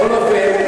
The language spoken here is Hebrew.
בכל אופן,